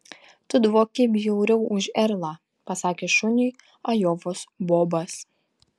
tu dvoki bjauriau už erlą pasakė šuniui ajovos bobas